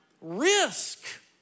Risk